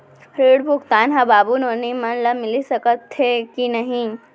ऋण भुगतान ह बाबू नोनी मन ला मिलिस सकथे की नहीं?